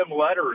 letters